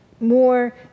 more